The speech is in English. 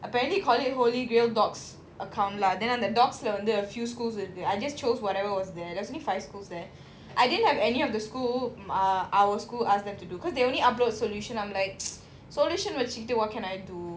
apparently call it holy grail dog's account lah then அந்த:antha dogs leh வந்து:vanthu a few schools இருக்கு:irukku I just chose whatever was there there's only five schools there I didn't have any of the school ah our school ask them to do because they only upload solution I'm like solution வச்சிக்கிட்டு:vachchikkittu what can I do